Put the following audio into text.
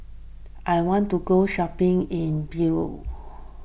I want to go shopping in Beirut